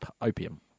opium